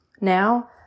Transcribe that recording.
Now